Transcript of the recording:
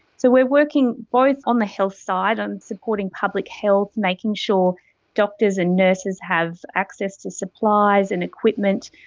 so we are working both on the health side and supporting public health, making sure doctors and nurses have access to supplies and equipment,